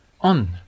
on